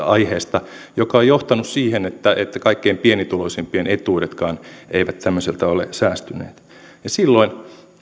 aiheesta mikä on johtanut siihen että että kaikkein pienituloisimpien etuudetkaan eivät tämmöiseltä ole säästyneet silloin